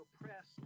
oppressed